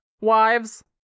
wives